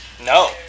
No